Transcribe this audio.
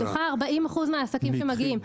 היא דוחה כ-40% מהעסקים שמגיעים.